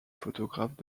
photographes